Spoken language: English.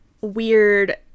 weird